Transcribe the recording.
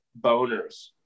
boners